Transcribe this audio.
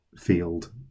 field